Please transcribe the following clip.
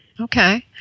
Okay